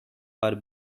are